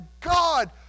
God